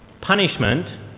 Punishment